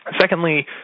Secondly